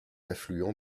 affluent